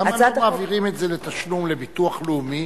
למה לא מעבירים את זה לתשלום לביטוח לאומי?